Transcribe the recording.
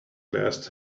glass